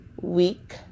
week